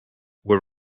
were